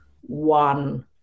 one